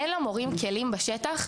אין למורים כלים בשטח,